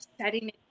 setting